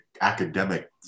academic